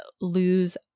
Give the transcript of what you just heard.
lose